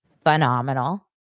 phenomenal